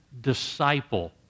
disciple